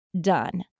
done